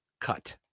cut